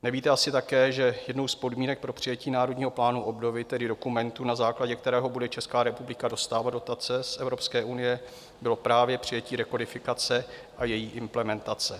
Nevíte asi také, že jednou z podmínek pro přijetí Národního plánu obnovy, tedy dokumentu, na základě kterého bude Česká republika dostávat dotace z Evropské unie, bylo právě přijetí rekodifikace a její implementace.